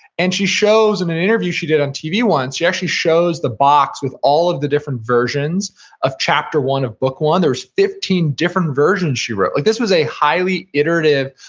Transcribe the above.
and she shows in an interview she did on tv once, she actually shows the box with all of the different versions of chapter one of book one. there was fifteen different versions she wrote. like this was a highly iterative,